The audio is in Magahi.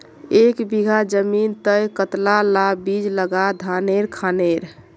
एक बीघा जमीन तय कतला ला बीज लागे धानेर खानेर?